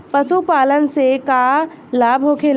पशुपालन से का लाभ होखेला?